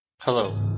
Hello